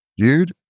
Dude